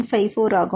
54 ஆகும்